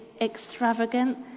extravagant